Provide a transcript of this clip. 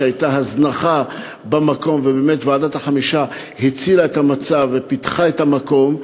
שהייתה הזנחה במקום ובאמת ועדת החמישה הצילה את המצב ופיתחה את המקום?